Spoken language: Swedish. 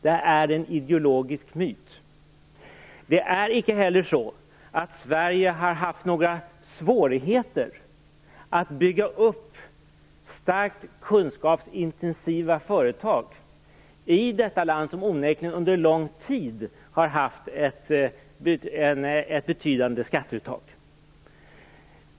Det är en ideologisk myt. Vi har inte haft några svårigheter att bygga upp starkt kunskapsintensiva företag i detta land som onekligen under lång tid har haft ett betydande skatteuttag.